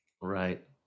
Right